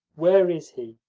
where is he?